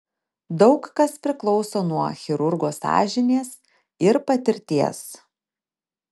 daug kas priklauso nuo chirurgo sąžinės ir patirties